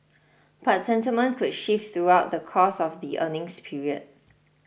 but sentiment could shift throughout the course of the earnings period